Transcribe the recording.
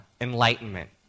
enlightenment